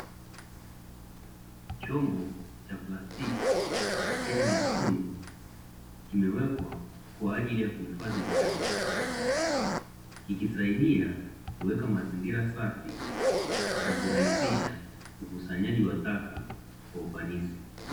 Chombo cha plastiki chenye matundu kimewekwa kwa ajili ya kuhifadhi uchafu, kikisaidia kuweka mazingira safi na kurahisisha ukusanyaji wa taka kwa ufanisi.